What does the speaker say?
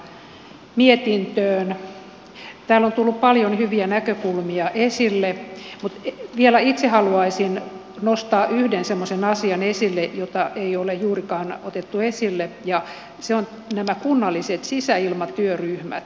täällä on tullut paljon hyviä näkökulmia esille mutta vielä itse haluaisin nostaa yhden semmoisen asian esille jota ei ole juurikaan otettu esille ja se on nämä kunnalliset sisäilmatyöryhmät